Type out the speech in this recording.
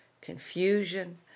confusion